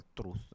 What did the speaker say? truth